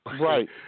Right